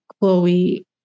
Chloe